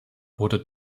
wurde